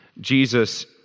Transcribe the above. Jesus